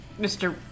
Mr